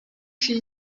she